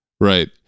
Right